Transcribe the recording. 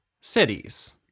cities